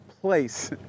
place